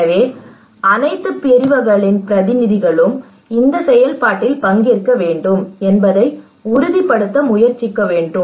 எனவே அனைத்து பிரிவுகளின் பிரதிநிதிகளும் இந்த செயல்பாட்டில் பங்கேற்க வேண்டும் என்பதை உறுதிப்படுத்த முயற்சிக்க வேண்டும்